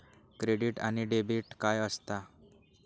Credit आणि debit काय असता?